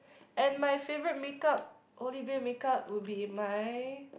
and my favourite make-up holy grail make-up will be my